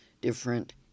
different